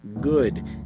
good